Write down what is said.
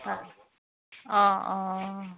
অঁ অঁ